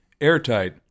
airtight